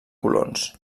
colons